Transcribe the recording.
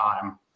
time